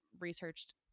researched